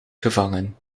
gevangen